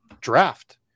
draft